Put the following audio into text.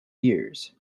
years